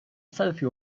selfie